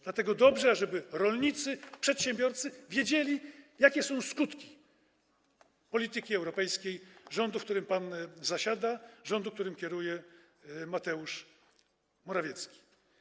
Dlatego dobrze, żeby rolnicy, przedsiębiorcy wiedzieli, jakie są skutki polityki europejskiej rządu, w którym pan zasiada, rządu, którym kieruje Mateusz Morawiecki.